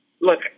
look